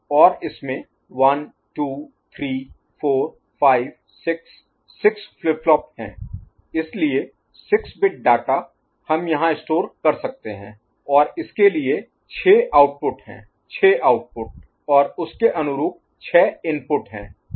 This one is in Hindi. और इसमें 1 2 3 4 5 6 6 फ्लिप फ्लॉप हैं इसलिए 6 बिट डाटा हम यहां स्टोर कर सकते हैं और इसके लिए 6 आउटपुट हैं 6 आउटपुट और उसके अनुरूप 6 इनपुट हैं